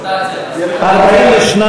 להביע אי-אמון בממשלה לא נתקבלה.